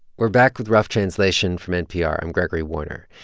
we're back with rough translation from npr. i'm gregory warner.